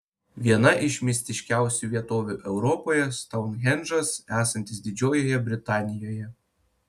viena iš mistiškiausių vietovių europoje stounhendžas esantis didžiojoje britanijoje